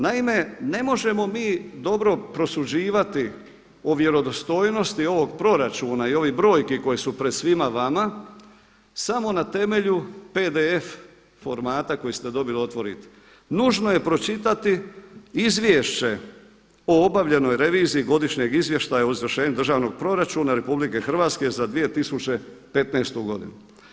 Naime ne možemo mi dobro prosuđivati o vjerodostojnosti ovog proračuna i ovih brojki koje su pred svima vama samo na temelju PDF formata koji ste dobili otvorite, nužno je pročitati Izvješće o obavljanoj reviziji godišnjeg izvještaja o izvršenju državnog proračuna RH za 2015.godinu.